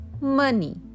money